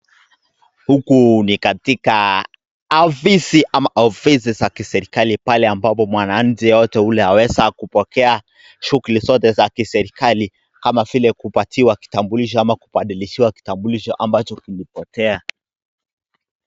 Huku ni katika afisi ama ofisi za kiserikali pale ambapo mwananchi yeyote ule aweza kupokea shughuli zote za kiserikali. Kama vile kupatiwa kitambulisho ama kubadilishiwa kitambulisho ambacho kilipotea.